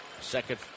second